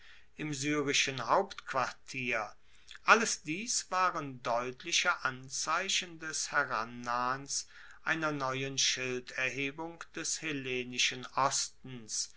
im syrischen hauptquartier alles dies waren deutliche anzeichen des herannahens einer neuen schilderhebung des hellenischen ostens